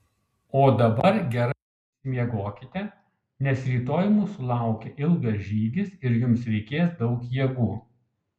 o dabar gerai išsimiegokite nes rytoj mūsų laukia ilgas žygis ir jums reikės daug jėgų